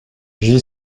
j’y